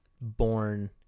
born